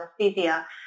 anesthesia